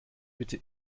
bitte